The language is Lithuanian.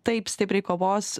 taip stipriai kovos